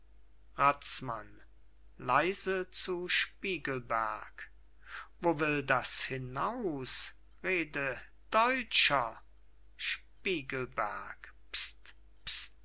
razmann leise zu spiegelberg wo will das hinaus rede deutscher spiegelberg